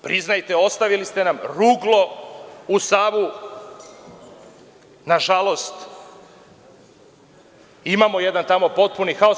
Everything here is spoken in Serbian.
Priznajte, ostavili ste nam ruglo uz Savu, nažalost, imamo jedan tamo potpuni haos.